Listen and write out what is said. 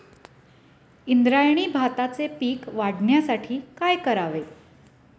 इंद्रायणी भाताचे पीक वाढण्यासाठी काय करावे?